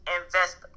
invest